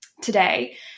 today